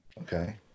Okay